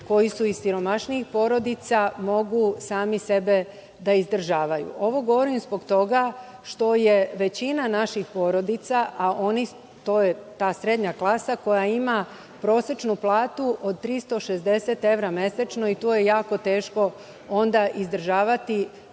koji su iz siromašnijih porodica mogu sami sebe da izdržavaju. Ovo govorim zbog toga što je većina naših porodica, a to je srednja klasa koja ima prosečnu platu od 360 evra mesečno, i tu je jako teško onda izdržavati